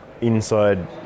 inside